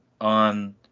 on